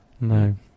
No